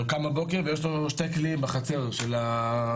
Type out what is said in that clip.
קם בבוקר, ויש לנו שני קליעים בחצר של הבית.